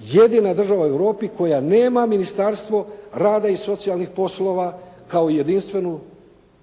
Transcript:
jedina država u Europi koja nema Ministarstvo rada i socijalnih poslova kao jedinstvenu